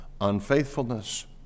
unfaithfulness